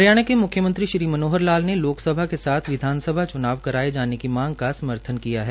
हरियाणा के मुख्यमंत्री श्री मनोहर लाल ने लोकसभा के साथ विधानसभा च्नाव कराए जाने की मांग का समर्थन किया है